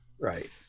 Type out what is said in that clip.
Right